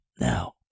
Now